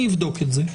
אני אבדוק את זה.